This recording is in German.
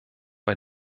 bei